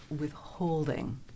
withholding